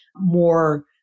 more